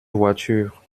voiture